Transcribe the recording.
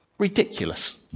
Ridiculous